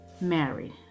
married